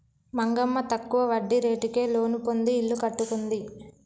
మంగమ్మ తక్కువ వడ్డీ రేటుకే లోను పొంది ఇల్లు కట్టుకుంది